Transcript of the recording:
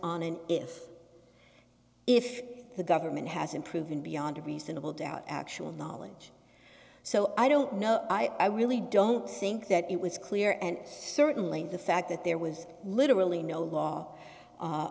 an if if the government hasn't proven beyond a reasonable doubt actual knowledge so i don't know i really don't think that it was clear and certainly the fact that there was literally no